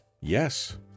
Yes